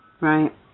right